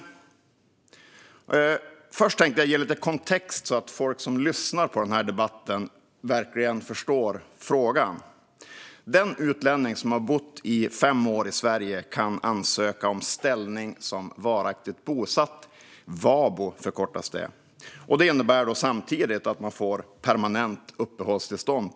Jag vill börja med att ge en kontext så att folk som lyssnar på debatten verkligen förstår frågan. Den utlänning som har bott fem år i Sverige kan ansöka om ställning som varaktigt bosatt, VABO. Det innebär samtidigt att man per automatik får permanent uppehållstillstånd.